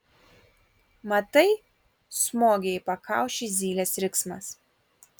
matai smogė į pakaušį zylės riksmas